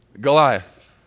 Goliath